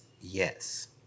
yes